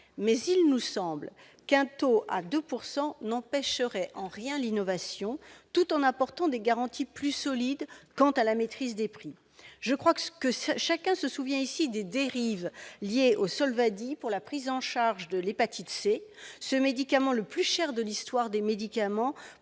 néanmoins qu'un taux de 2 % n'empêche en rien l'innovation, tout en apportant des garanties plus solides quant à la maîtrise des prix. Je crois que chacun se souvient, ici, des dérives liées au Sovaldi pour la prise en charge de l'hépatite C. Ce médicament est le plus cher de l'histoire, alors